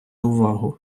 увагу